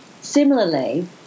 similarly